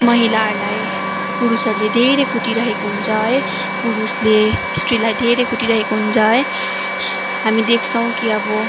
महिलाहरूलाई पुरुषहरूले धेरै कुटिरहेको हुन्छ है पुरुषले स्त्रीलाई धेरै कुटिरहेको हुन्छ है हामी देख्छौँ कि अब